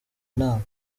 inama